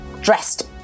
dressed